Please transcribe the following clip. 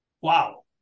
Wow